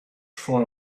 for